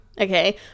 okay